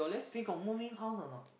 they got moving house or not